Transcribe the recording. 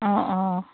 অঁ অঁ